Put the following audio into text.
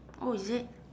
oh is it